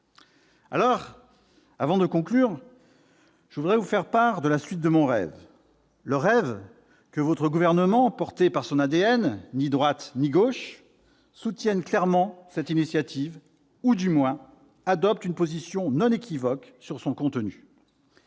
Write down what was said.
Avant de conclure, je voudrais vous faire part de la suite de mon rêve : le rêve que le Gouvernement, porté par son ADN ni de droite ni de gauche, soutienne clairement cette initiative ou, du moins, adopte une position non équivoque sur son contenu.